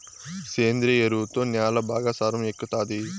సేంద్రియ ఎరువుతో న్యాల బాగా సారం ఎక్కుతాది